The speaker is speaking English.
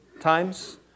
times